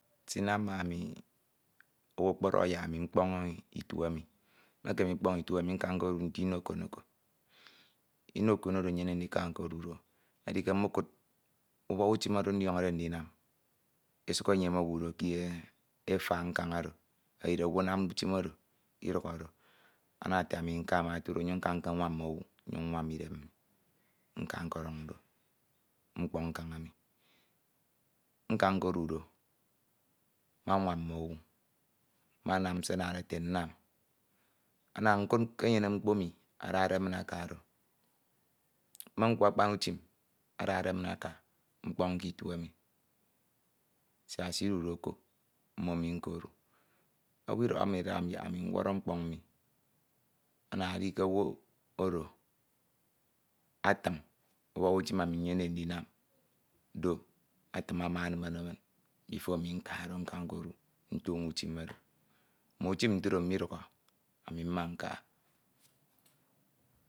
. Ami owu okpọdọkhọ yok ami akpọñ itu emi mmekeme ndikpon itu emi nka. nkedu nte inokon ko. nte inokon oro nyemde ndika nkadu do edi ke mmekud ubọk utim oro ndiọñode ndinam esuk eyem owu do nke efak nakn oro. edide own anamde utim oro idukho do. Ana ete ami nka mak otudọ ami nka nkayam mme owu nyuñ nyam idem. mi. nka nkodiñ do mkpoñ nkan emi. Nka nkedu do. manwam mmowu. mmam se anade ete nnam. Ana nkud ke enyene mkpo emo adade min aka do. mme nkwe akpan utim adade min aka. mkpoñke itu emi. siak sidude ko mmom nko odu. owu idọkho mmi idahami yok ami nwọrọ mkpoñ iru mi. ana edi ke owu oro atiñ ubọk utim ami myemde ndinam do. atiñ ama ono inn beto ami mka do. mak nkedu ntoño utim. mme utim ntro midukhọ ani mme nkakha.